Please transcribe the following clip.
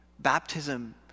Baptism